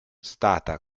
stata